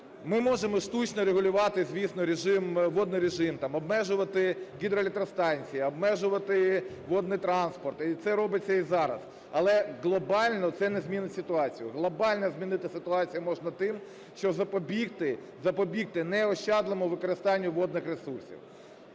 ми можемо штучно регулювати, звісно, водний режим. Там обмежувати гідроелектростанції, обмежувати водний транспорт. Це робиться і зараз. Але глобально це не змінить ситуацію. Глобально змінити ситуацію можна тим, що запобігти неощадливому використанню водних ресурсів.